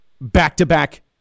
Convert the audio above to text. back-to-back